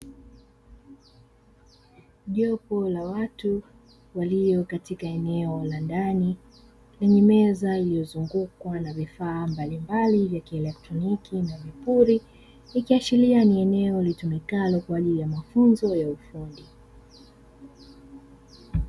Jopo la watu walio katika eneo la ndani lenye meza iliyozungukwa na vifaa mbalimbali vya kieletroniki na vipuri, ikiashiria ni eneo litumikalo kwa ajili ya mafunzo ya ufundi.